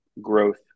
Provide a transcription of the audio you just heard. growth